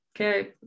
okay